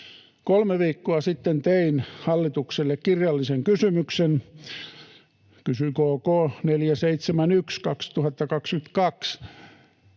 Kolme viikkoa sitten tein hallitukselle kirjallisen kysymyksen KK 471/2022,